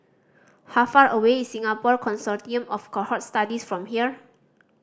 how far away is Singapore Consortium of Cohort Studies from here